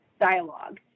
dialogue